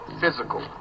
physical